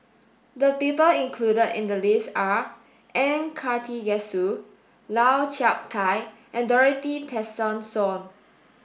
the people included in the list are N Karthigesu Lau Chiap Khai and Dorothy Tessensohn